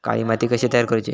काळी माती कशी तयार करूची?